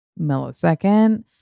millisecond